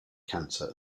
cancer